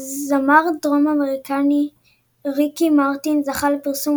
הזמר הדרום-אמריקני ריקי מרטין זכה לפרסום